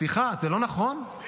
סליחה, זה לא נכון?